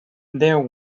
there